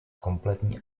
kompletní